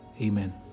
Amen